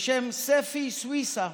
בשם ספי סויסה,